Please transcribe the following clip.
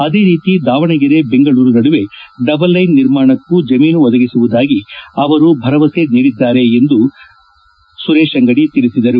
ಆದೇ ರೀತಿ ದಾವಣಗೆರೆ ಬೆಂಗಳೂರು ನಡುವೆ ಡಬಲ್ ಲೈನ್ ನಿರ್ಮಾಣಕ್ಕೂ ಜಮೀನು ಒದಗಿಸುವುದಾಗಿ ಅವರು ಭರವಸೆ ನೀಡಿದ್ದಾರೆ ಎಂದರು